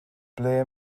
ble